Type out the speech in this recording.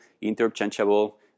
interchangeable